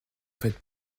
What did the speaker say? faites